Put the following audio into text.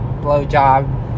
blowjob